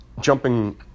jumping